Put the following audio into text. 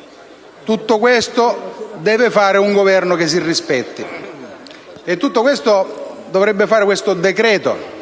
è compito di un Governo che si rispetti ed è quello che dovrebbe fare questo decreto-legge.